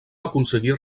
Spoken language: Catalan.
aconseguir